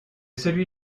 celui